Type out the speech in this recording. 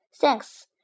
Thanks